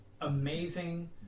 amazing